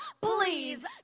please